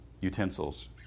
utensils